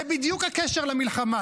זה בדיוק הקשר למלחמה,